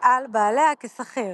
על בעליה כשכיר.